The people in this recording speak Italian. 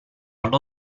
allo